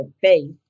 faith